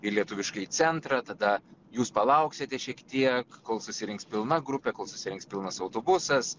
į lietuviškąjį centrą tada jūs palauksite šiek tiek kol susirinks pilna grupė kol susirinks pilnas autobusas